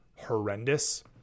horrendous